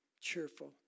cheerful